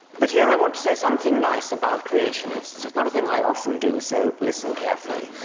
but here, i want to say something nice about creationists. it's not a thing i often do, so listen carefully.